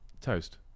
Toast